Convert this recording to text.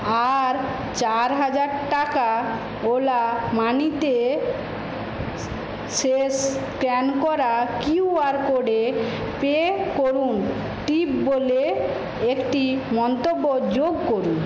আর চার হাজার টাকা ওলা মানিতে শেষ স্ক্যান করা কিউআর কোডে পে করুন টিপ বলে একটি মন্তব্য যোগ করুন